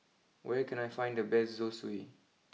where can I find the best Zosui